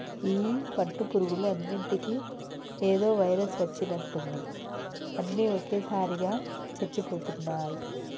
ఈ పట్టు పురుగులు అన్నిటికీ ఏదో వైరస్ వచ్చినట్టుంది అన్ని ఒకేసారిగా చచ్చిపోతున్నాయి